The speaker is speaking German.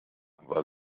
war